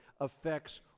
affects